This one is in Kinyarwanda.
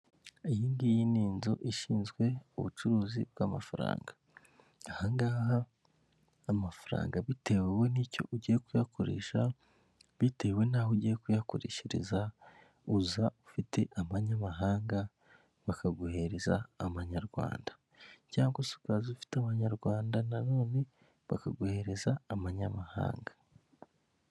Iyi ngiyi ni inzu ishinzwe ubucuruzi bw'amafaranga, ahangaha amafaranga bitewewe n'icyo ugiye kuyakoresha, bitewe n'aho ugiye kuyakoreshereza, uza ufite abanyamahanga bakaguhereza amanyarwanda, cyangwa se ukaza ufite abanyarwanda nanone bakaguhereza amanyamahanga.